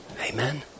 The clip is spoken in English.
Amen